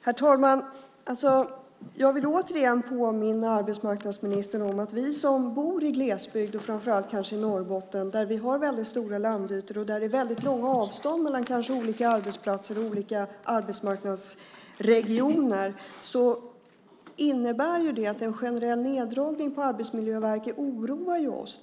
Herr talman! Jag vill återigen påminna arbetsmarknadsministern om att vi som bor i glesbygd och kanske framför allt i Norrbotten har mycket stora landytor och långa avstånd mellan olika arbetsplatser och arbetsmarknadsregioner. Det innebär att en generell neddragning på Arbetsmiljöverket oroar oss.